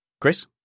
Chris